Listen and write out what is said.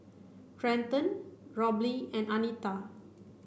Trenten Robley and Anita